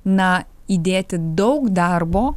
na įdėti daug darbo